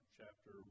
chapter